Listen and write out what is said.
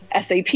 SAP